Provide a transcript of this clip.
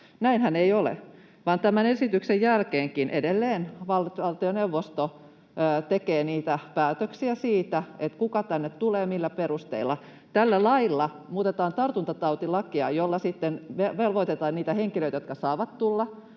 Näinhän ei ole, vaan tämän esityksen jälkeenkin edelleen valtioneuvosto tekee niitä päätöksiä siitä, kuka tänne tulee ja millä perusteilla. Tällä lailla muutetaan tartuntatautilakia, jolla sitten velvoitetaan niitä henkilöitä, jotka saavat tulla